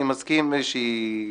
אני מסכים שהיא,